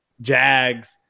Jags